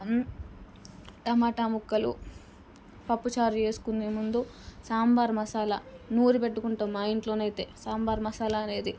and tomato ముక్కలు పప్పుచారు చేసుకునే ముందు సాంబార్ మసాలా నూరి పెట్టుకుంటాము మా ఇంట్లోనైతే సాంబార్ మసాలా అనేది